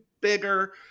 bigger